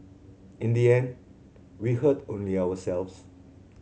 in the end we hurt only ourselves